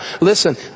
listen